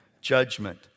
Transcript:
judgment